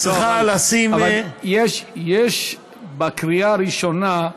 צריכה לשים לזה, אבל יש בקריאה הראשונה,